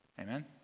Amen